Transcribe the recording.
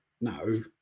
No